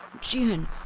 June